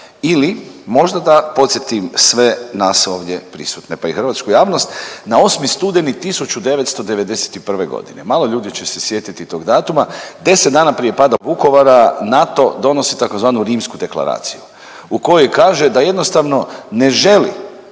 ili možda da podsjetim sve nas ovdje prisutne, pa i hrvatsku javnost na 8. studeni 1991.g., malo ljudi će se sjetiti tog datuma, 10 dana prije pada Vukovara NATO donosi tzv. Rimsku deklaraciju u kojoj kaže da jednostavno ne želi